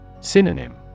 Synonym